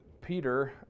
Peter